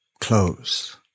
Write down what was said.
close